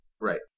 Right